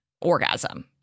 orgasm